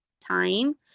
time